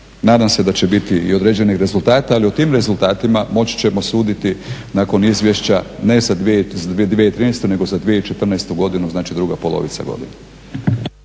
Nadam se da će biti i određenih rezultata ali o tim rezultatima moći ćemo suditi nakon izvješća ne za 2013.nego za 2014.godinu znači druga polovica godine.